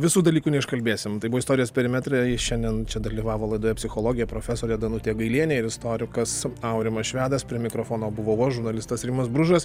visų dalykų neiškalbėsim tai buvo istorijos perimetrai šiandien čia dalyvavo laidoje psichologė profesorė danutė gailienė ir istorikas aurimas švedas prie mikrofono buvau aš žurnalistas rimas bružas